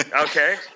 Okay